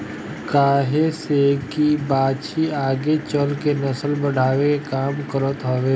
काहे से की बाछी आगे चल के नसल बढ़ावे के काम करत हवे